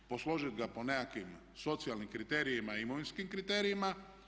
Posložit ga po nekakvim socijalnim kriterijima i imovinskim kriterijima.